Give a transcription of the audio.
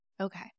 Okay